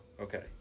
Okay